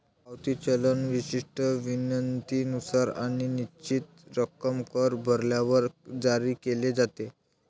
पावती चलन विशिष्ट विनंतीनुसार आणि निश्चित रक्कम कर भरल्यावर जारी केले जाते